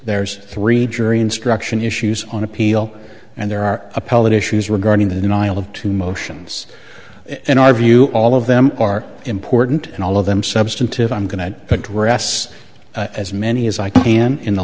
there's three jury instruction issues on appeal and there are appellate issues regarding the denial of two motions in our view all of them are important and all of them substantive i'm going to address as many as i can in the